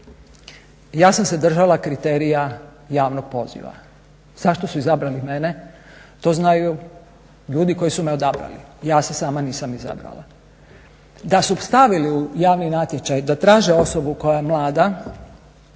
Ja sam se držala kriterija javnog poziva. Zašto su izabrali mene to znaju ljudi koji su me odabrali. Ja se sama nisam izabrala. Da su stavili u javni natječaj da traže osobu koja je mlada